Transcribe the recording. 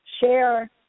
share